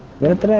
with